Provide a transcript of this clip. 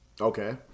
okay